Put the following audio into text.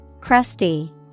Crusty